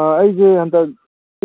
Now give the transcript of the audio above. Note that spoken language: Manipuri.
ꯑꯩꯁꯦ ꯍꯟꯗꯛ